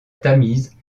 tamise